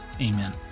Amen